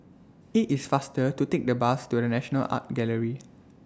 IT IS faster to Take The Bus to The National Art Gallery